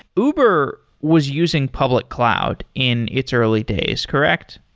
uber was using public cloud in its early days, correct?